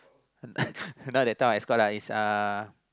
now that time escort lah is a